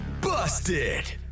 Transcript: busted